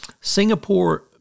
Singapore